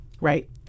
Right